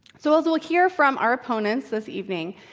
so, as you'll like hear from our opponents this evening,